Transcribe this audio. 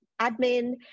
admin